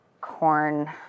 corn